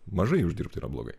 mažai uždirbti yra blogai